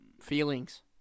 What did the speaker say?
Feelings